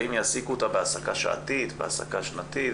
האם יעסיקו אותה בהעסקה שעתית או בהעסקה שנתית,